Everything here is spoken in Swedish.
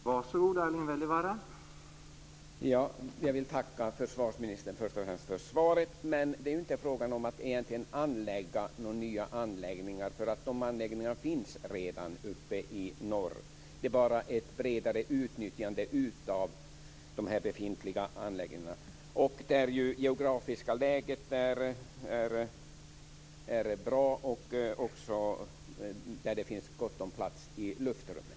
Herr talman! Jag vill först och främst tacka försvarsministern för svaret. Men det är ju egentligen inte frågan om att anlägga några nya anläggningar. Dessa anläggningar finns redan uppe i norr. Det är bara fråga om ett bredare utnyttjande av de befintliga anläggningarna, vars geografiska läge ju är bra och där det också finns gott om plats i luftrummet.